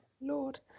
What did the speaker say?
Lord